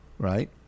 Right